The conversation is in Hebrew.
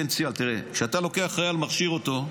תראה, כשאתה לוקח חייל, מכשיר אותו,